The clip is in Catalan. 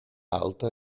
alta